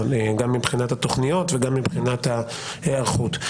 גם מבחינת התוכניות וגם מבחינת ההיערכות.